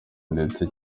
ndetse